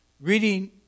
reading